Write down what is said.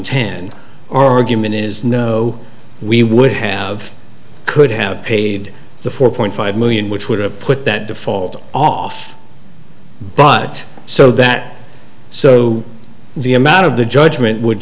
argument is no we would have could have paid the four point five million which would have put that default off but so that so the amount of the judgment would